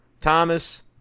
Thomas